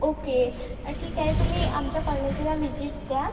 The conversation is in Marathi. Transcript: ओके ठीक आहे तुम्ही आमच्या कॉलेजला विझिट द्या